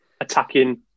attacking